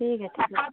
ठीक है ठीक है